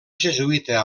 jesuïta